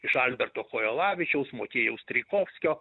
iš alberto kojalavičiaus motiejaus strijkovskio